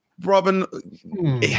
Robin